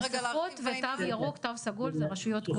מסכות ותו ירוק ותו סגול, זה רשויות גם.